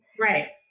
Right